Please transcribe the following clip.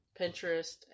Pinterest